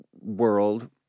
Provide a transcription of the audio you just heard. world